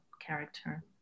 character